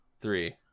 three